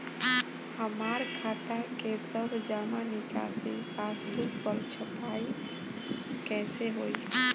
हमार खाता के सब जमा निकासी पासबुक पर छपाई कैसे होई?